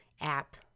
app